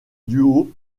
duo